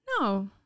No